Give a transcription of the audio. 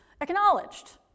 acknowledged